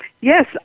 Yes